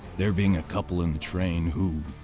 there being a couple in the train who,